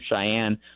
Cheyenne